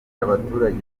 abaturage